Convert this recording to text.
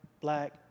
black